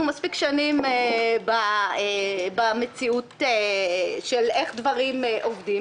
מספיק שנים במציאות של איך דברים עובדים,